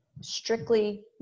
strictly